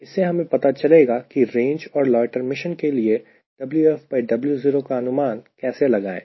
इससे हमें पता चलेगा कि रेंज और लोयटर मिशन के लिए WfWo का अनुमान कैसे लगाएं